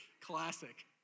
Classic